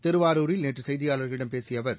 திருவாரூரில் நேற்று செய்தியாளர்களிடம்பேசிய அவர்